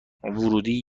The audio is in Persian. ورودی